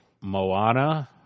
Moana